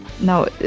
no